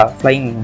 flying